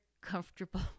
comfortable